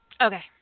Okay